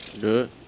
Good